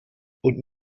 und